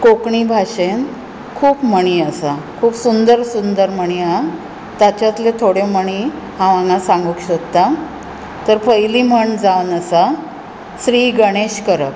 कोंकणी भाशेंत खूब म्हणी आसात खूब सुंदर सुंदर म्हणी आसात तांच्यातल्यो थोड्यो म्हणी हांव हांगा सांगपाक सोदतां तर पयलीं म्हण जावन आसा श्री गणेश करप